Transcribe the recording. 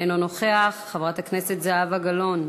אינו נוכח, חברת הכנסת זהבה גלאון,